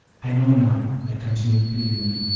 i know now, i continued pleadingly,